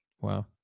Wow